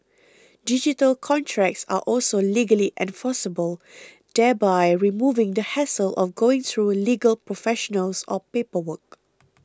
digital contracts are also legally enforceable thereby removing the hassle of going through legal professionals or paperwork